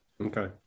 Okay